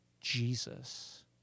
Jesus